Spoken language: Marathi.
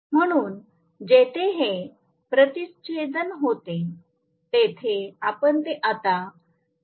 म्हणून जिथे हे प्रतिच्छेदन होते तेथे आपण ते आता पहात आहोत